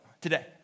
today